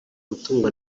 gutungwa